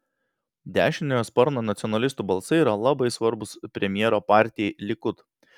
dešiniojo sparno nacionalistų balsai yra labai svarbūs premjero partijai likud